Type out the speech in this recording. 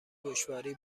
دشواری